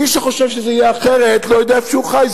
מי שחושב שזה יהיה אחרת לא יודע איפה הוא חי,